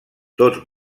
tots